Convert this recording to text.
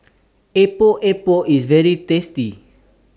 Epok Epok IS very tasty